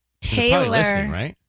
Taylor